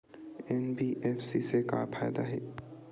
NBFC से का फ़ायदा हे?